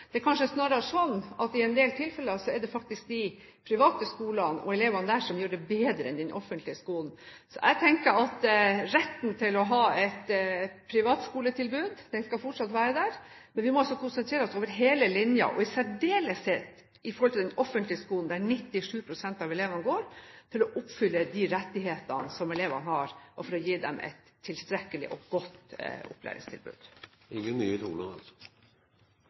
Det er kanskje snarere sånn i en del tilfeller at de private skolene og elevene der gjør det bedre enn de i den offentlige skolen. Så jeg tenker at retten til å ha et privatskoletilbud fortsatt skal være der, men vi må konsentrere oss over hele linjen – og i særdeleshet i forhold til den offentlige skolen der 97 pst. av elevene går – for å oppfylle de rettighetene som elevene har, og for å gi dem et tilstrekkelig og godt opplæringstilbud. Ingen nye tonar altså.